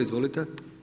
Izvolite.